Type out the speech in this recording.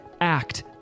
act